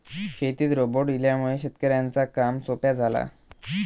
शेतीत रोबोट इल्यामुळे शेतकऱ्यांचा काम सोप्या झाला